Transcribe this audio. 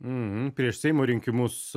mhm prieš seimo rinkimus